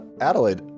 Adelaide